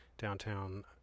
downtown